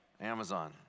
Amazon